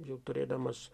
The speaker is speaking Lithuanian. jau turėdamas